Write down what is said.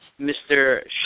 Mr